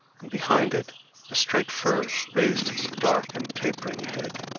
and behind it a straight fir raised its dark and tapering head.